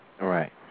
right